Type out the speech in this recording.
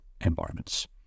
environments